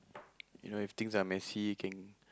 you know if things are messy can